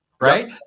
Right